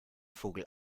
vogel